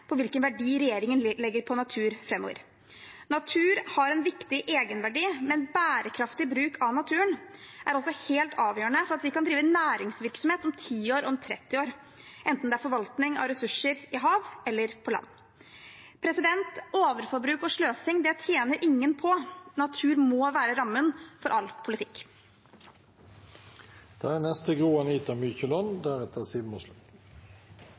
på hvilken verdi regjeringen tillegger natur framover. Natur har en viktig egenverdi, men bærekraftig bruk av naturen er også helt avgjørende for at vi kan drive næringsvirksomhet om 10 år og om 30 år – enten det er forvaltning av ressurser i hav eller på land. Overforbruk og sløsing tjener ingen på. Natur må være rammen for all